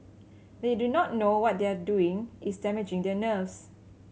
they do not know what they are doing is damaging their nerves